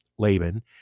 Laban